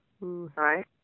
right